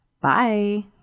Bye